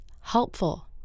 helpful